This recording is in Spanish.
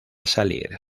salir